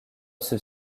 ceux